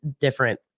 different